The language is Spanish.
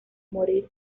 morir